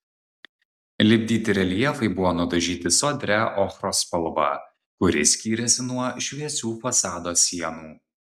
lipdyti reljefai buvo nudažyti sodria ochros spalva kuri skyrėsi nuo šviesių fasado sienų